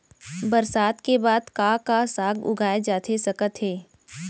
बरसात के बाद का का साग उगाए जाथे सकत हे?